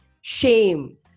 shame